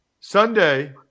Sunday